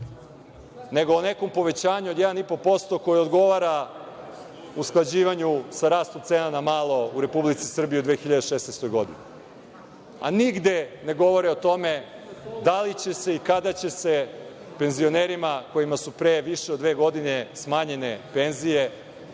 nego neko povećanje od 1,5%, koje odgovara usklađivanju sa rastom cena na malo u Republici Srbiji u 2016. godini, a nigde ne govori o tome da li će se i kada će se penzionerima kojima su pre više od ve godine smanjene penzije